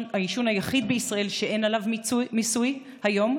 היחיד בישראל שאין עליו מיסוי היום.